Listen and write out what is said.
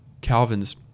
Calvin's